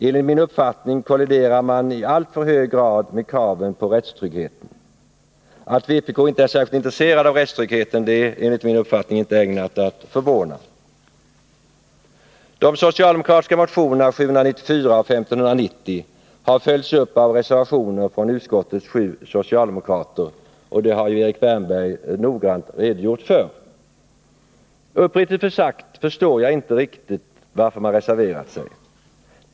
Enligt min uppfattning kolliderar man i alltför hög grad med kraven på rättstryggheten. Att vpk inte särskilt mycket intresserar sig för rättstryggheten är enligt min uppfattning inte ägnat att förvåna. De socialdemokratiska motionerna 1979 80:1590 har följts upp av reservationer från utskottets sju socialdemokrater, och det har Erik Wärnberg noggrant redogjort för. Uppriktigt sagt förstår jag inte riktigt varför man reserverat sig.